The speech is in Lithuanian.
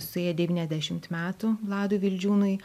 suėję devyniasdešimt metų vladui vildžiūnui